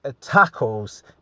tackles